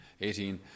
18